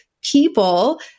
people